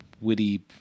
witty